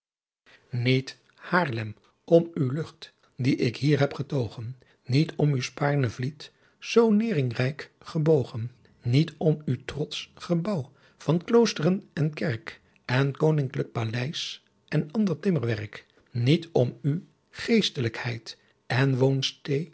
niet haerlem om u lucht die ick hier heb ghetoghen niet om u spaerne vliet soo neringryck gheboghen niet om u trots ghebou van cloosteren en kerck en koninglick pallays en ander timmerwerck niet om u geestlickheyd en